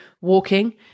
walking